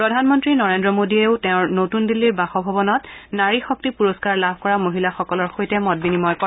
প্ৰধানমন্ত্ৰী নৰেদ্ৰ মোদীয়েও তেওঁৰ নতুন দিল্লীৰ বাসভৱনত নাৰী শক্তি পূৰস্কাৰ লাভ কৰা মহিলাৰসকলৰ সৈতে মত বিনিময় কৰে